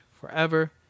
forever